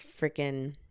freaking